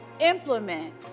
implement